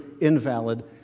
invalid